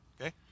Okay